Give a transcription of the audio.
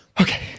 Okay